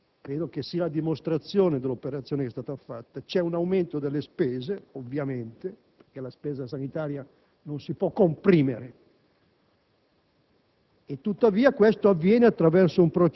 Credo che questo sia significativo, perché è difficile fermare un treno in corsa, cioè la corsa dell'aumento della spesa corrente, tuttavia c'è questo segnale di inversione di tendenza.